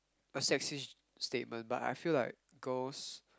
a sexist statement but I feel like girls